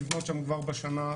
גם לגבי הטלפונים הסלולאריים,